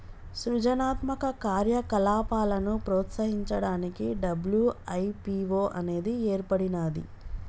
సృజనాత్మక కార్యకలాపాలను ప్రోత్సహించడానికి డబ్ల్యూ.ఐ.పీ.వో అనేది ఏర్పడినాది